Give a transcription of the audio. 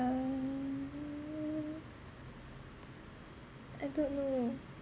I don't know